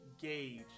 gauge